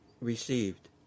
received